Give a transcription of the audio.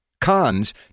Cons